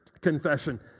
confession